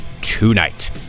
tonight